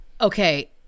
Okay